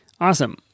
Awesome